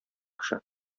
кеше